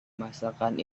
masakan